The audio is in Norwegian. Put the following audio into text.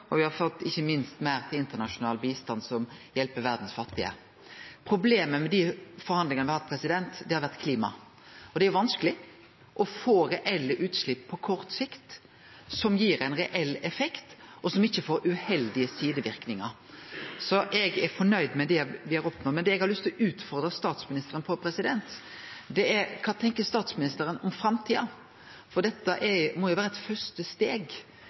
minst har me fått meir til internasjonal bistand, som hjelper dei fattige i verda. Problemet med dei forhandlingane me har hatt, har vore klima. Det er vanskeleg å få til reelle utslepp på kort sikt som gir ein reell effekt, og som ikkje får uheldige sideverknader. Så eg er fornøgd med det me har oppnådd. Men det eg har lyst til å utfordre statsministeren på, er: Kva tenkjer statsministeren om framtida? Dette må vere eit første steg.